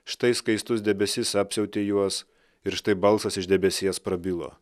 štai skaistus debesis apsiautė juos ir štai balsas iš debesies prabilo